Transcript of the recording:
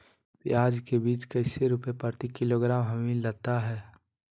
प्याज के बीज कैसे रुपए प्रति किलोग्राम हमिलता हैं?